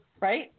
right